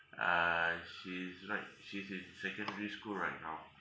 uh she's right she's in secondary school right now